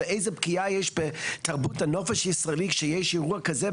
ואיזה פגיעה יש בתרבות הנופש הישראלי כשיש אירוע כזה,